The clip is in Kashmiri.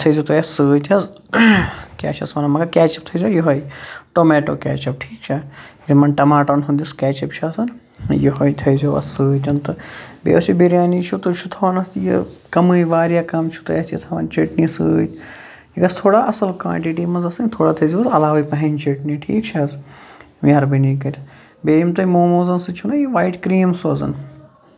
تہٕ اتھ سۭتۍ حظ کیٛاہ چھِ اتھ وَنان مَگر کیچ اَپ تھٲے زیو یِہٕے ٹوٚمیٹو کیچ اَپ ٹھیٖک چھا یِمن ٹَماٹرن ہُند یہِ کیچ اَپ یُس چھُ آسان یِہٕے تھٲے زیو اَتھ سۭتۍ تہٕ بیٚیہِ یۄس یہِ بِریانی چھِ تُہۍ چھِو تھاوان اَتھ یہِ کَمٕے واریاہ کَم چھِو تُہۍ اَتھ یہِ تھاوان چٔٹنی سۭتۍ یۄس تھوڑا اَصٕل کوانٹٹی منٛز آسہِ تھوڑا تھٲے زیوس علاوٕے پَہن چٔٹنی ٹھیٖک چھا حظ مہربٲنی کٔرِتھ بیٚیہِ یِم تۄہہِ موموز سۭتی چھِو نہ وایِٹ کریٖم سوزان